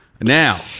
Now